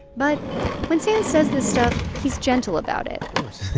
but when sam says this stuff, he's gentle about it